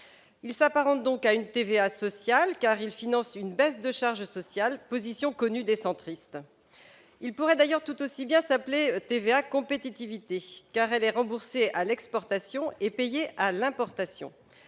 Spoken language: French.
s'apparente donc à une TVA sociale, car elle finance une baisse de charges sociales ; c'est une position connue des centristes. Elle pourrait d'ailleurs tout aussi bien s'appeler « TVA compétitivité », car elle est remboursée à l'exportation et payée à l'importation.